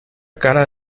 cara